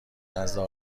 نزد